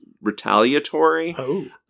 retaliatory